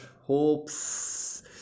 hopes